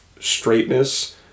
straightness